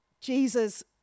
Jesus